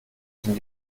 dem